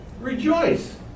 Rejoice